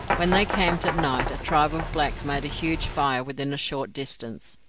when they camped at night a tribe of blacks made a huge fire within a short distance,